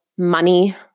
money